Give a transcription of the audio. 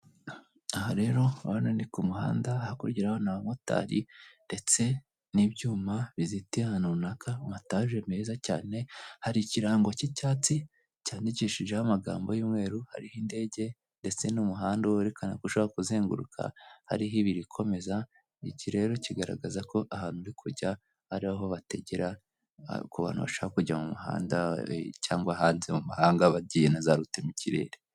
Aha rero urabona ni ku muhanda, hakurya ni abamotari ndetse n'ibyuma bizitiye ahantu runaka, amataje meza cyane, hari ikirango cy'icyatsi cyandikishijeho amagambo y'umweru, hariho indege ndetse n'umuhanda werekana ushaka kuzenguruka, hariho ibiri ikomeza, iki rero kigaragaza ko ahantu uri kujya ari aho bategera bashaka kujya mu muhanda cyangwa hanze mu mahanga, bagiye na za rutemikirere.